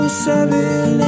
seven